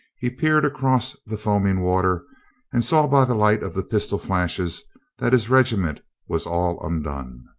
he peered across the fo aming water and saw by the light of the pistol flashes that his regiment was all undone.